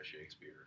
shakespeare